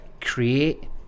create